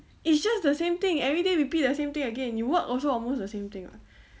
it's just the same thing everyday repeat the same thing again you work also almost the same thing [what]